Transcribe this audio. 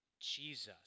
Jesus